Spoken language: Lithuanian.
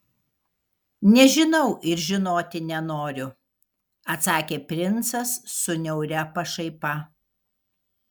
nežinau ir žinoti nenoriu atsakė princas su niauria pašaipa